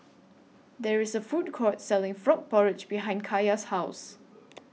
There IS A Food Court Selling Frog Porridge behind Kaia's House